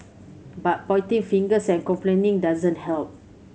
but pointing fingers and complaining doesn't help